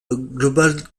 global